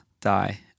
die